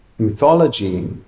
mythology